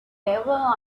never